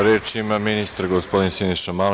Reč ima ministar, gospodin Siniša Mali.